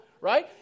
right